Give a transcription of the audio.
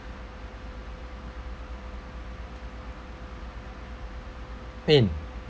min